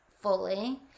fully